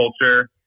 Culture